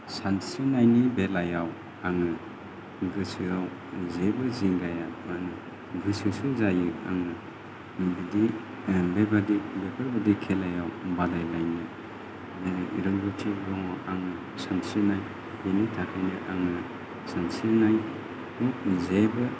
सानस्रिनायनि बेलायाव आङो गोसोआव जेबो जिंगाया माने गोसोसो जायो आङो बिदि आं बेबादि बेफोरबादि खेलायाव बादायलायनो बिनि रोंगौथि दङ आङो सानस्रिनाय बेनि थाखायनो आङो सानस्रिनायनि जेबो